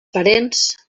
parents